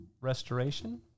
restoration